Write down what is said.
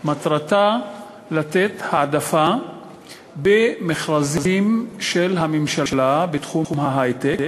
מטרתה לתת העדפה במכרזים של הממשלה בתחום ההיי-טק,